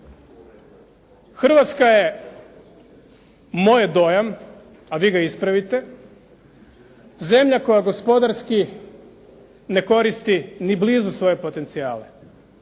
Hrvatska je, moj je dojam a vi ga ispravite, zemlja koja gospodarski ne koristi ni blizu svoje potencijale.